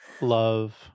love